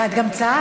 ואת גם צעקת.